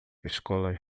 escolas